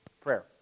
Prayer